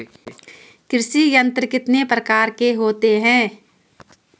कृषि यंत्र कितने प्रकार के होते हैं?